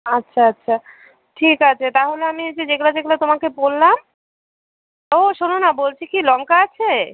আচ্ছা আচ্ছা ঠিক আছে তাহলে আমি এই যে যেগুলো যেগুলো তোমাকে বললাম ও শোনো না বলছি কী লঙ্কা আছে